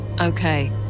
Okay